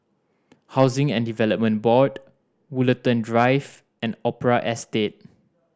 Housing and Development Board Woollerton Drive and Opera Estate